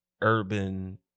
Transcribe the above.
urban